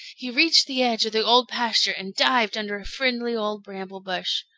he reached the edge of the old pasture and dived under a friendly old bramble-bush.